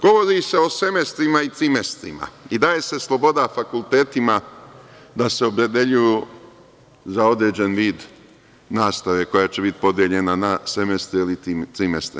Govori se o semestrima i trimestrima i daje se sloboda fakultetima da se opredeljuju za određeni vid nastave koja će biti podeljena na semestre ili trimestre.